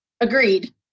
Agreed